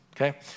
okay